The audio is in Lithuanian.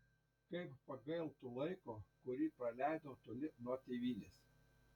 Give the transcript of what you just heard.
kaip pagailtų laiko kurį praleidau toli nuo tėvynės